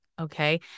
Okay